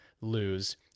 lose